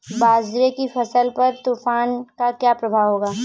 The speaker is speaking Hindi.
बाजरे की फसल पर तूफान का क्या प्रभाव होगा?